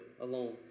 alone